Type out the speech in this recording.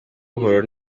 buhoro